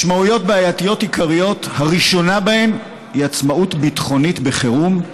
משמעויות בעייתיות עיקריות: הראשונה בהן היא עצמאות ביטחונית בחירום,